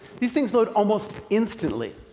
these things load almost instantly.